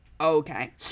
Okay